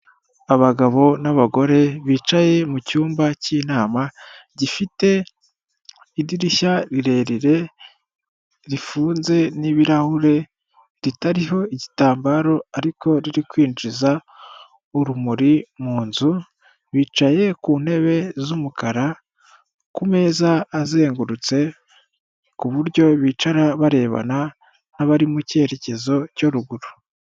Abagabo n'abagore bicaye mu cyumba cy'inama gifite idirishya rirerire rifunze n'ibirahure ritariho igitambaro ariko riri kwinjiza urumuri mu nzu, bicaye ku ntebe z'umukara ku meza azengurutse ku buryo bicara barebana n'abari mu cyerekezo cyo ruguru.